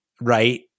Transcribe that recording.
right